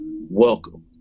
welcome